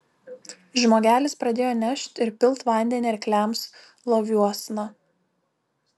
žmogelis pradėjo nešt ir pilt vandenį arkliams loviuosna